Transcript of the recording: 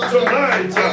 Tonight